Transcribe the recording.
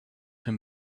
him